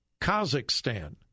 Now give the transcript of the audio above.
Kazakhstan